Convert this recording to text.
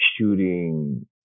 shooting